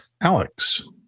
Alex